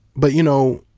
but you know,